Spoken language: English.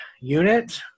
unit